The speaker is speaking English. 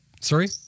Sorry